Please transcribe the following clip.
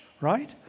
right